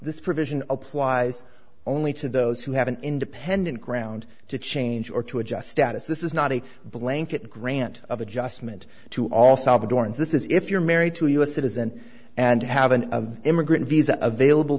this provision applies only to those who have an independent ground to change or to adjust status this is not a blanket grant of adjustment to all salvadorans this is if you're married to a u s citizen and have an immigrant visa available